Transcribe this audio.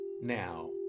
Now